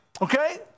okay